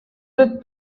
with